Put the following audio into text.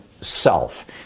self